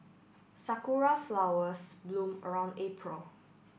Sakura flowers bloom around April